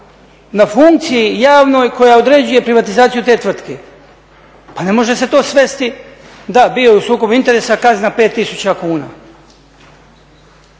na funkciji javnoj koja određuje privatizaciju te tvrtke. Pa ne može se to svesti da, bio je u sukobu interesa, kazna 5000 kn.